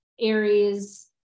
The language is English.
aries